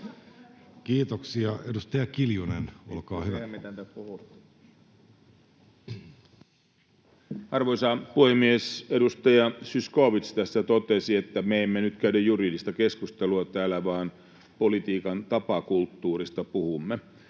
Kiitoksia. — Edustaja Kiljunen, olkaa hyvä. Arvoisa puhemies! Edustaja Zyskowicz tässä totesi, että me emme nyt käy juridista keskustelua täällä vaan politiikan tapakulttuurista puhumme.